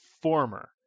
former